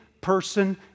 person